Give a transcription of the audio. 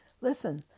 listen